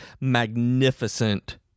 magnificent